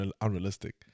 unrealistic